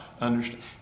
understand